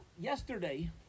yesterday